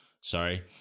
sorry